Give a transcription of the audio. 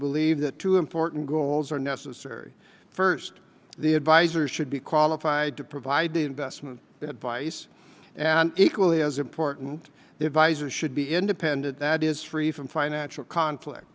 believe that two important goals are necessary first the advisor should be qualified to provide the investment advice and equally as important divisor should be independent that is free from financial conflict